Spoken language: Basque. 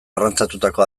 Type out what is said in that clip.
arrantzatutako